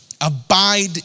abide